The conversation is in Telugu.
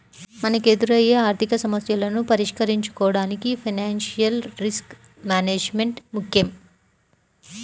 మనకెదురయ్యే ఆర్థికసమస్యలను పరిష్కరించుకోడానికి ఫైనాన్షియల్ రిస్క్ మేనేజ్మెంట్ ముక్కెం